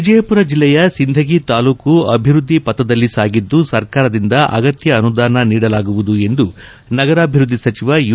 ವಿಜಯಪುರ ಜಿಲ್ಲೆಯ ಸಿಂಧಗಿ ತಾಲೂಕು ಅಭಿವೃದ್ದಿ ಪಥದಲ್ಲಿ ಸಾಗಿದ್ದು ಸರ್ಕಾರದಿಂದ ಅಗತ್ಯ ಅನುದಾನ ನೀಡಲಾಗುವುದು ಎಂದು ನಗರಾಭಿವೃದ್ಧಿ ಸಚಿವ ಯು